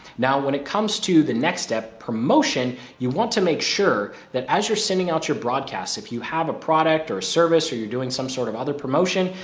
now, when it comes to the next step promotion, you want to make sure that as you're sending out your broadcasts, if you have a product or service or you're doing some sort of other promotion,